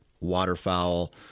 waterfowl